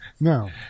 No